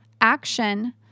action